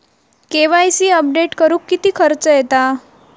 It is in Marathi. के.वाय.सी अपडेट करुक किती खर्च येता?